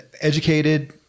educated